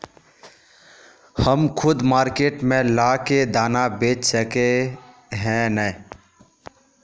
हम खुद मार्केट में ला के दाना बेच सके है नय?